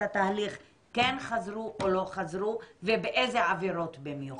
התהליך כן חזרו או לא חזרו ובאיזה עבירות במיוחד?